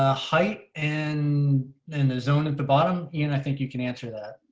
ah height and in the zone at the bottom. yeah and i think you can answer that.